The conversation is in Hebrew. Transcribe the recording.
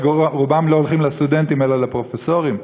שרובם לא הולכים לסטודנטים אלא לפרופסורים,